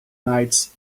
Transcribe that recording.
knights